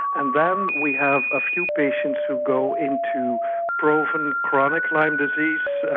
and then we have a few patients who go into proven chronic lyme disease,